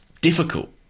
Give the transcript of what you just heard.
difficult